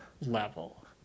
level